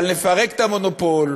אבל נפרק את המונופול,